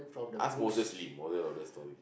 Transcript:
ask Moses-Lim moral of the story